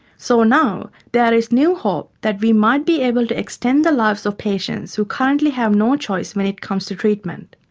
so now there is new hope that we might be able to extend the lives of patients who currently have no choice when it comes to treatment.